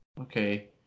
okay